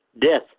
death